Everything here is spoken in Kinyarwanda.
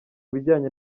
bijyanye